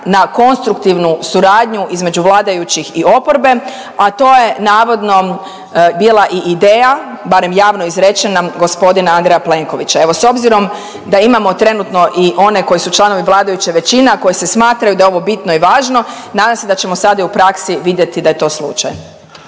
na konstruktivnu suradnju između vladajućih i oporbe, a to je navodno bila i ideja, barem javno izrečena gospodina Andreja Plenkovića. Evo s obzirom da imamo trenutno i one koji su članovi vladajuće većine, a koji se smatraju da je ovo bitno i važno nadam se da ćemo sada i u praksi vidjeti da je to slučaj.